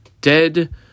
Dead